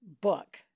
book